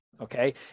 okay